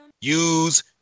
use